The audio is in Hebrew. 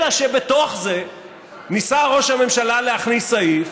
אלא שבתוך זה ניסה ראש הממשלה להכניס סעיף